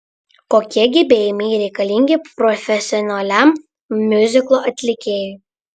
kokie gebėjimai reikalingi profesionaliam miuziklo atlikėjui